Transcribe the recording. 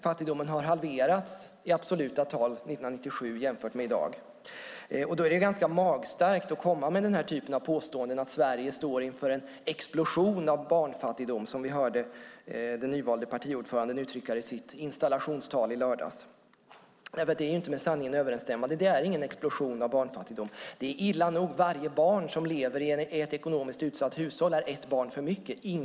Fattigdomen har i absoluta tal i dag halverats om man jämför med 1997. Då är det ganska magstarkt att komma med påståenden av typen att Sverige står inför en explosion av barnfattigdom, som vi hörde den nyvalde partiordföranden uttrycka det i sitt installationstal i lördags. Det är nämligen inte med sanningen överensstämmande; det är ingen explosion av barnfattigdom. Varje barn som lever i ett ekonomiskt utsatt hushåll är ett barn för mycket och illa nog.